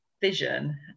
vision